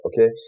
okay